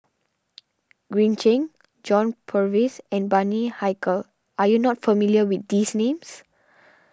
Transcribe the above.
Green Zeng John Purvis and Bani Haykal are you not familiar with these names